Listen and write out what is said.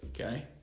Okay